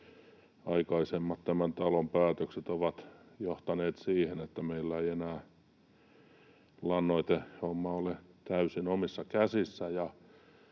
aikaisemmat tämän talon päätökset ovat johtaneet siihen, että meillä ei enää lannoitehomma ole täysin omissa käsissä.